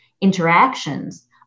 interactions